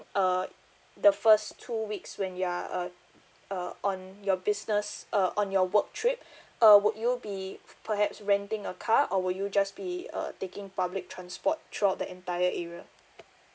uh the first two weeks when you are uh uh on your business uh on your work trip uh would you be perhaps renting a car or would you just be a taking public transport throughout the entire area